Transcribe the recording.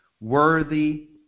worthy